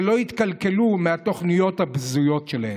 שלא יתקלקלו מהתוכניות הבזויות שלהם.